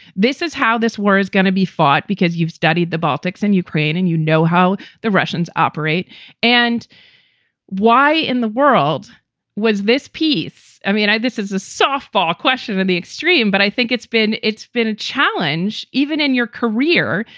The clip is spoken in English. this is how this war is going to be fought. because you've studied the baltics and ukraine and you know how the russians operate and why in the world was this piece? i mean, this is a softball question. and extreme, but i think it's been it's been a challenge, even in your career,